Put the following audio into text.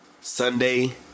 Sunday